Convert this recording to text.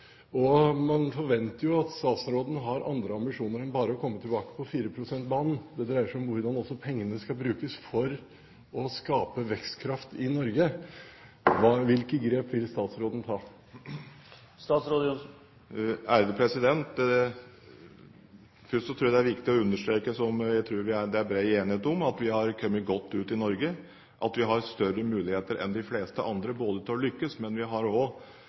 og man forventer at statsråden har andre ambisjoner enn bare å komme tilbake på 4 pst.-banen. Det dreier seg om hvordan pengene skal brukes for å skape vekstkraft i Norge. Hvilke grep vil statsråden ta? Først tror jeg det er viktig å understreke noe som jeg tror det er bred enighet om, at vi har kommet godt ut i Norge, og at vi har større muligheter enn de fleste andre til å lykkes. Men vi har